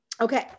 okay